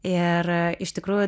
ir iš tikrųjų